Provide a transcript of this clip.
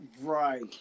right